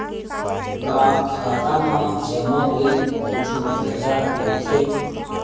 का खाता मा जमा के कुछु फ़ायदा राइथे?